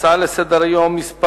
הנושא הבא: הצעה לסדר-היום מס'